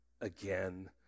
again